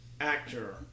actor